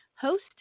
host